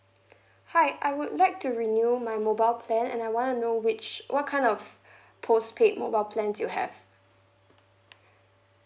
hi I would like to renew my mobile plan and I want to know which what kind of postpaid mobile plans you have